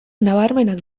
nabarmenak